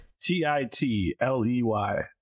T-I-T-L-E-Y